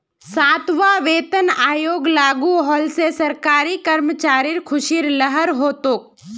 सातवां वेतन आयोग लागू होल से सरकारी कर्मचारिर ख़ुशीर लहर हो तोक